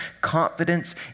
confidence